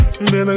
Baby